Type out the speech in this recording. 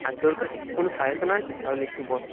আর তোর কাছে কি কোনো সাজেশান আছে তাহলে একটু বল